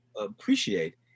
appreciate